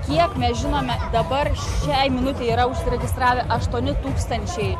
kiek mes žinome dabar šiai minutei yra užsiregistravę aštuoni tūkstančiai